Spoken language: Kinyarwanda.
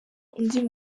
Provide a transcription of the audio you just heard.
undi